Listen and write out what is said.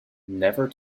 never